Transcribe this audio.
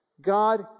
God